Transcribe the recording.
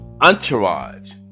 entourage